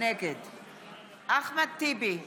נגד אחמד טיבי,